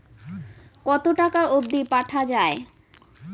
কতো টাকা অবধি পাঠা য়ায়?